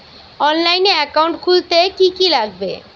অনলাইনে একাউন্ট খুলতে কি কি লাগবে?